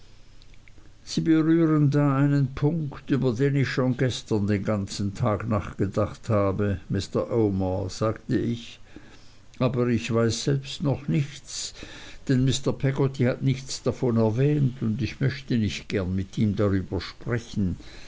sie berühren da einen punkt über den ich schon gestern den ganzen tag nachgedacht habe mr omer sagte ich aber ich weiß selbst noch nichts denn mr peggotty hat nichts davon erwähnt und ich möchte nicht gern mit ihm darüber sprechen